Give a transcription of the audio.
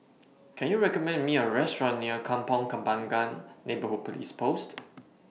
Can YOU recommend Me A Restaurant near Kampong Kembangan Neighbourhood Police Post